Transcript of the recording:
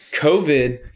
COVID